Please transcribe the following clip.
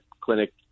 clinic